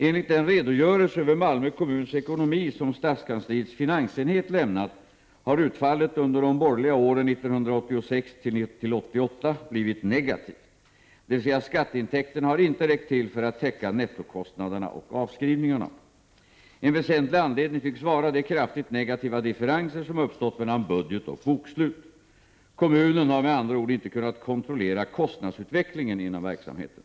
Enligt den redogörelse över Malmö kommuns ekonomi som stadskansliets finansenhet lämnat har utfallet under de borgerliga åren 1986—1988 blivit negativt, dvs. skatteintäkterna har inte räckt till för att täcka nettokostnader na och avskrivningarna. En väsentlig anledning tycks vara de kraftiga Prot. 1988/89:31 negativa differenser som uppstått mellan budget och bokslut. Kommunen 24november 1988 har med andra ord inte kunnat kontrollera kostnadsutvecklingen inom Om aviserad komverksamheten.